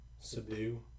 subdue